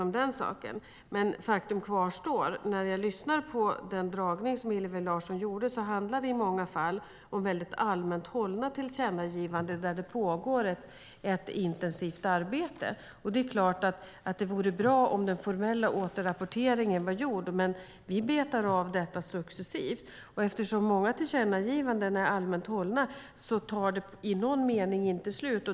Men faktum kvarstår att i många av de fall som Hillevi Larsson räknar upp är det i många fall allmänt hållna tillkännagivanden och där det pågår ett intensivt arbete. Det är klart att det vore bra om den formella återrapporteringen hade varit gjord, men vi betar av detta successivt. Eftersom många tillkännagivanden är allmänt hållna tar det i någon mening aldrig slut.